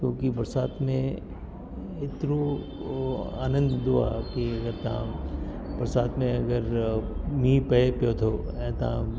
छोकि बरसाति में एतिरो आनंदु इंदो आहे की तव्हां बरसाति में अगरि मीहुं पए पियो थो ऐं तव्हां